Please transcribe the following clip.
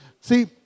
See